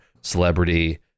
celebrity